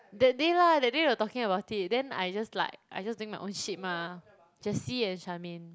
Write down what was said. that day lah that day they're talking about it then I just like I just doing my own shit mah Jessie and Charmaine